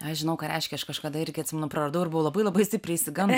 aš žinau ką reiškia aš kažkada irgi atsimenu praradau ir buvo labai labai stipriai išsigandus